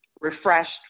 refreshed